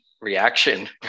reaction